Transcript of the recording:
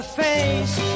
face